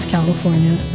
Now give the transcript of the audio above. California